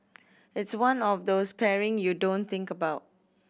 it's one of those pairings you don't think about